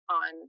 on